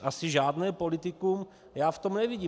Asi žádné politikum já v tom nevidím.